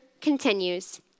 continues